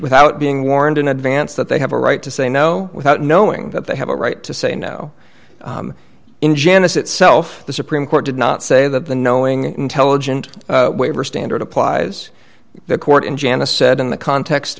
without being warned in advance that they have a right to say no without knowing that they have a right to say no in janice itself the supreme court did not say that the knowing intelligent waiver standard applies the court in jannah said in the context